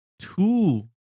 Two